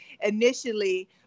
initially